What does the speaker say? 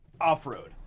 off-road